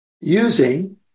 using